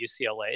UCLA